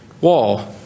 wall